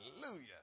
Hallelujah